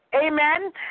Amen